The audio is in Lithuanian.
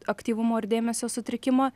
aktyvumo ir dėmesio sutrikimą